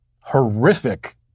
horrific